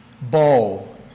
bow